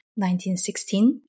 1916